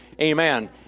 amen